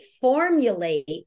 formulate